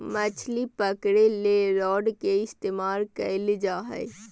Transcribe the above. मछली पकरे ले रॉड के इस्तमाल कइल जा हइ